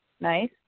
nice